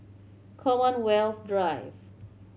Commonwealth Drive